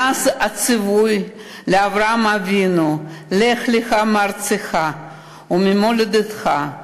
מאז הציווי לאברהם אבינו: לך לך מארצך וממולדתך,